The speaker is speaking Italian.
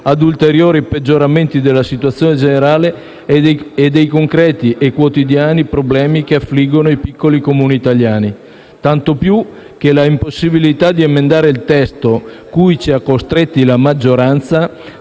a ulteriori peggioramenti della situazione generale e dei concreti e quotidiani problemi che affliggono i piccoli Comuni italiani, tanto più che l'impossibilità di emendare il testo - cui ci ha costretti la maggioranza